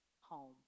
home